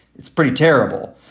it's pretty terrible.